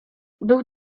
był